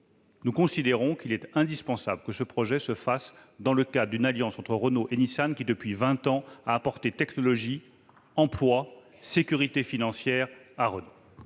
Nous considérons qu'il était indispensable que ce projet se réalise dans le cadre d'une alliance entre Renault et Nissan, laquelle, depuis vingt ans, a apporté technologie, emploi et sécurité financière à Renault.